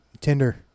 Tinder